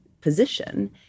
position